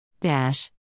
Dash